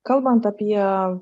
kalbant apie